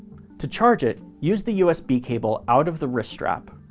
to charge it, use the usb cable out of the wrist strap,